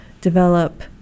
develop